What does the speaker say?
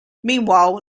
meanwhile